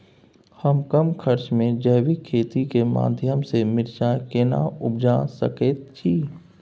हम कम खर्च में जैविक खेती के माध्यम से मिर्चाय केना उपजा सकेत छी?